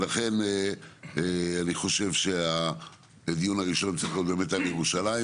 ולכן אני חושב שהדיון הראשון צריך להיות באמת על ירושלים,